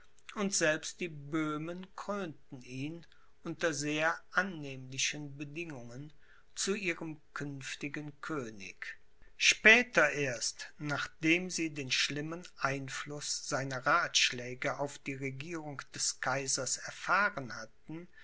und selbst die böhmen krönten ihn unter sehr annehmlichen bedingungen zu ihrem künftigen könig später erst nachdem sie den schlimmen einfluß seiner rathschläge auf die regierung des kaisers erfahren hatten